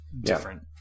different